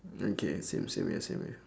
okay same same here same here